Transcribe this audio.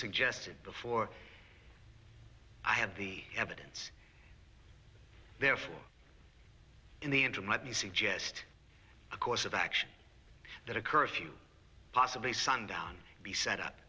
suggested before i had the evidence therefore in the interim might you suggest a course of action that a curfew possibly sundown be set up